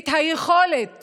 היכולת